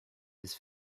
his